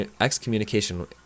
excommunication